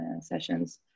sessions